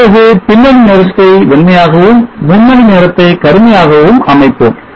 பிறகு பின்னணி நிறத்தை வெண்மையாகவும் முன்னணி நிறத்தை கருமையாகவும் அமைப்போம்